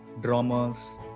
dramas